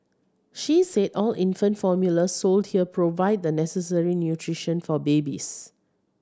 she said all infant formula sold here provide the necessary nutrition for babies